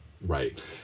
right